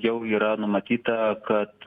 jau yra numatyta kad